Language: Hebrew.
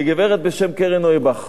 לגברת בשם קרן נויבך,